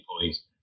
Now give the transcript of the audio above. employees